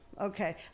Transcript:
Okay